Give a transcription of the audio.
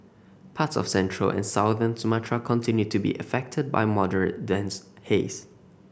parts of central and southern Sumatra continue to be affected by moderate to dense haze